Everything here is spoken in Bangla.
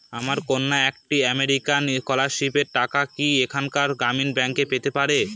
আমার কন্যা একটি আমেরিকান স্কলারশিপের টাকা কি এখানকার গ্রামীণ ব্যাংকে পেতে পারে?